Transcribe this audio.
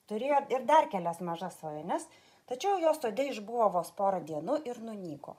turėjo ir dar kelias mažas svajones tačiau jos sode išbuvo vos porą dienų ir nunyko